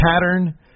pattern